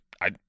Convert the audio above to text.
I-